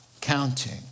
counting